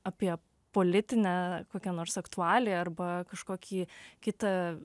apie politinę kokia nors aktualiją arba kažkokį kitą